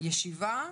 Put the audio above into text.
לישיבה.